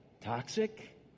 Toxic